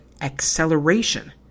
acceleration